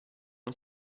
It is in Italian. uno